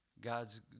God's